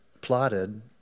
plotted